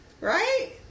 right